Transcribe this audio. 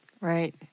Right